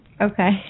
Okay